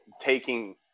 taking –